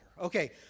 Okay